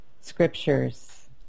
scriptures